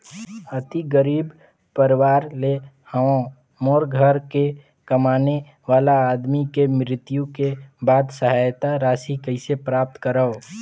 अति गरीब परवार ले हवं मोर घर के कमाने वाला आदमी के मृत्यु के बाद सहायता राशि कइसे प्राप्त करव?